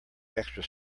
extra